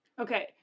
Okay